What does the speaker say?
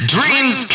Dreams